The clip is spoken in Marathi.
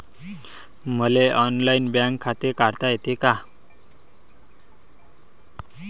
मले ऑनलाईन बँक खाते काढता येते का?